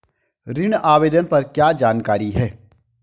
ऋण आवेदन पर क्या जानकारी है?